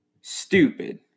stupid